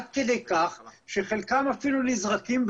עד כדי כך שחלקם אפילו נזרקים,